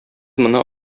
моны